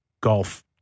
golf